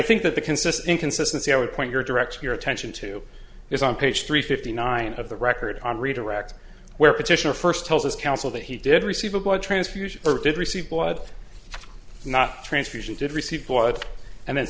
think that the consistent consistency i would point your direct your attention to is on page three fifty nine of the record on redirect where petitioner first tells us counsel that he did receive a blood transfusion or did receive blood not transfusion did receive blood and then